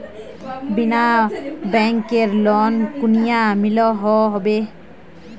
बिना बैंकेर लोन कुनियाँ मिलोहो होबे?